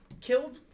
killed